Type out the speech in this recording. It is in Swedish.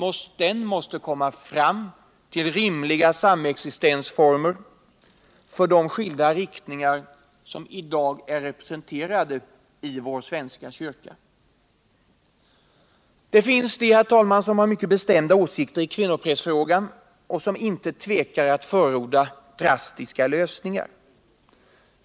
Den måste komma fram till rimliga samexistensformer för de olika riktningar som är representerade i vår svenska kyrka. Det finns de. herr talman, som har mycket bestämda åsikter i kvinnoprästfrågan och som inte tvekar att förorda drastiska lösningar.